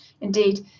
Indeed